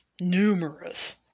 numerous